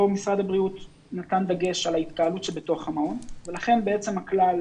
כאן משרד הבריאות נתן דגש על ההתקהלות שבתוך המעון ולכן בעצם כלל